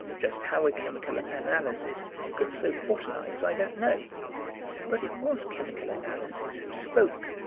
just how a chemical analysis could so botanize, i don't know but it was chemical analysis who spoke,